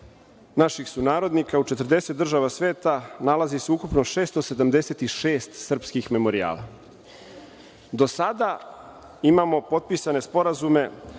naših sunarodnika, u 40 država sveta nalazi se ukupno 676 srpskih memorijala. Do sada imamo potpisane sporazume